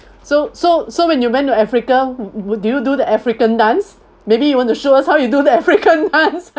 so so so when you went to africa would you do the african dance maybe you want to show us how you do the african dance